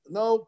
no